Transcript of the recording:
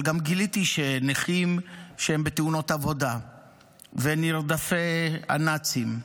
אבל גיליתי גם שנכים מתאונות עבודה ונרדפי הנאצים,